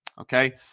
Okay